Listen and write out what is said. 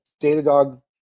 Datadog